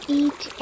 eat